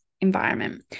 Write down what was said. environment